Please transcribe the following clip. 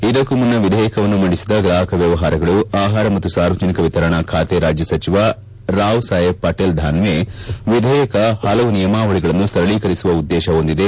ಇದಕ್ಕೂ ಮುನ್ನ ವಿಧೇಯಕವನ್ನು ಮಂಡಿಸಿದ ಗ್ರಾಹಕ ವ್ಯವಹಾರಗಳು ಆಹಾರ ಮತ್ತು ಸಾರ್ವಜನಿಕ ವಿತರಣಾ ಖಾತೆ ರಾಜ್ಯ ಸಚಿವ ರಾವ್ ಸಾಹೇಬ್ ಪಾಟೀಲ್ ದಾನ್ತೆ ವಿಧೇಯಕ ಹಲವು ನಿಯಮಾವಳಗಳನ್ನು ಸರಳೀಕರಿಸುವ ಉದ್ದೇತ ಹೊಂದಿದೆ